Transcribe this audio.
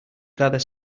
gather